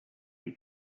you